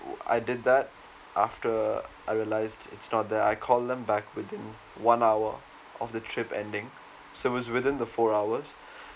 I did that after I realized it's not there I call them back within one hour of the trip ending so it was within the four hours